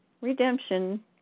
redemption